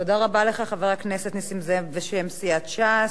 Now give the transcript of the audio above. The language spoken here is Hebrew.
תודה רבה לך, חבר הכנסת נסים זאב, בשם סיעת ש"ס.